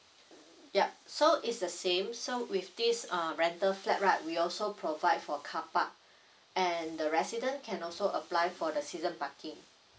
ya so it's the same so with this um rental flat right we also provide for car park and the resident can also apply for the season parking